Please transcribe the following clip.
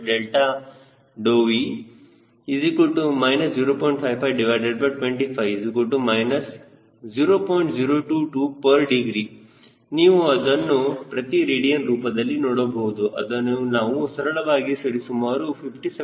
022 degree ನೀವು ಅದನ್ನು ಪ್ರತಿ ರೇಡಿಯನ್ ರೂಪದಲ್ಲಿ ನೋಡಬಹುದು ಅದನ್ನು ನಾವು ಸರಳವಾಗಿ ಸರಿಸುಮಾರು 57